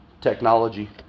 technology